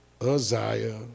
Uzziah